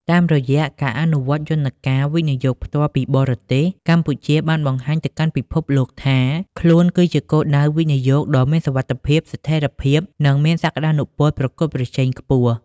តាមរយៈការអនុវត្តយន្តការ វិនិយោគផ្ទាល់ពីបរទេស កម្ពុជាបានបង្ហាញទៅកាន់ពិភពលោកថា ខ្លួនគឺជាគោលដៅវិនិយោគដ៏មានសុវត្ថិភាព ស្ថិរភាព និងមានសក្ដានុពលប្រកួតប្រជែងខ្ពស់។